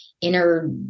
inner